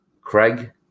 Craig